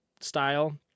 style